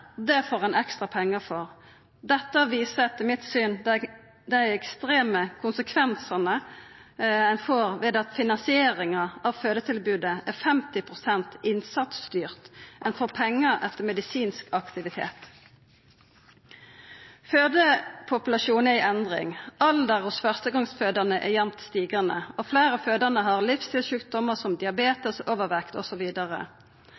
får ein ekstra pengar for. Dette viser etter mitt syn dei ekstreme konsekvensane ein får ved at finansieringa av fødetilbodet er 50 pst. innsatsstyrt – ein får pengar etter medisinsk aktivitet. Fødepopulasjonen er i endring. Alder hos førstegongsfødande er jamnt stigande, og fleire fødande har livsstilsjukdomar som